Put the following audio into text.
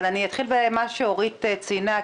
אבל אתחיל במה שאורית ציינה,